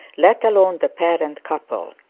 let alone the parent couple.